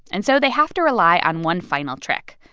and so they have to rely on one final trick.